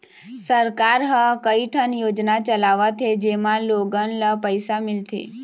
सरकार ह कइठन योजना चलावत हे जेमा लोगन ल पइसा मिलथे